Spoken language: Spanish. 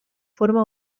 forma